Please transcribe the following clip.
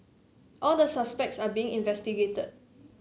all the suspects are being investigated